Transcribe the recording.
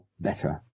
better